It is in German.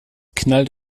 knallt